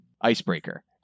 icebreaker